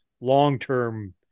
long-term